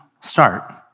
start